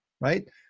right